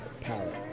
palette